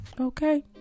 Okay